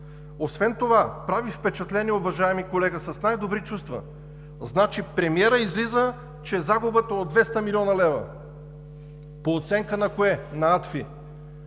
Освен това прави впечатление, уважаеми колега – с най-добри чувства! – значи, от премиера излиза, че загубата е от 200 млн. лв., по оценка на кое? На АДФИ,